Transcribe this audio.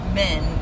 men